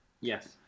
Yes